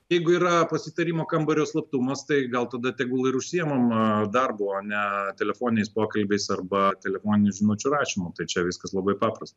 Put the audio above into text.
jeigu yra pasitarimų kambario slaptumas tai gal tada tegul ir užsiimama darbu o ne telefoniniais pokalbiais arba telefoninių žinučių rašymu tai čia viskas labai paprasta